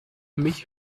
mich